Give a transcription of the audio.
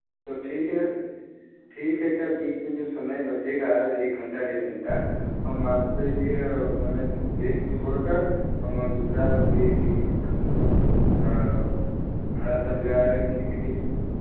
तो ठीक है ठीक है अच्छा बीच में जो समय बचेगा एक घंटा डेढ़ घंटा हम आपके लिए समय गेप छोड़ कर हम दूसरा भी फिर कम से कम भाड़ा सट जाए ने के लिए